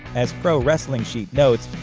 as pro wrestling sheet notes,